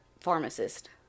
pharmacist